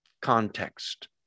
Context